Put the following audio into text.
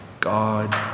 God